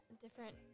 different